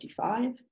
55